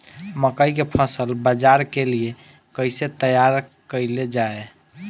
मकई के फसल बाजार के लिए कइसे तैयार कईले जाए?